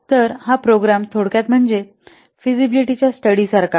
तर हा प्रोग्राम थोडक्यात म्हणजे फिजिबिलिटी च्या स्टडी सारखा आहे